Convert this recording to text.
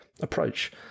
approach